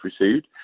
received